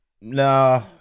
No